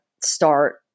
start